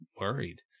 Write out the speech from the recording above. worried